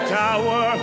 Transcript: tower